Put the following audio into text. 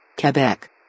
Quebec